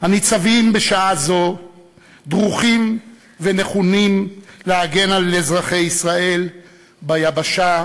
הניצבים בשעה זו דרוכים ונכונים להגן על אזרחי ישראל ביבשה,